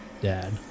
dad